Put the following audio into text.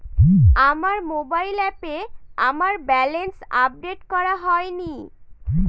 আমার মোবাইল অ্যাপে আমার ব্যালেন্স আপডেট করা হয়নি